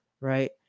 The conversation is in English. right